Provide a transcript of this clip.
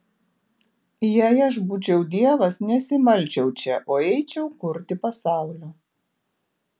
jei aš būčiau dievas nesimalčiau čia o eičiau kurti pasaulio